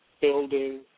building